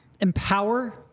empower—